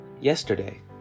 Yesterday